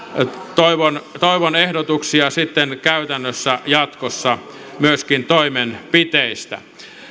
toivon toivon ehdotuksia sitten käytännössä jatkossa myöskin toimenpiteistä